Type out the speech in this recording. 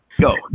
go